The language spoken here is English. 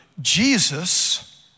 Jesus